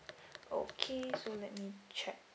okay so let me check